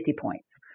points